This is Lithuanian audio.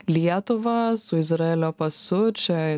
lietuvą su izraelio pasu čia